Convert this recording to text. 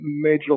major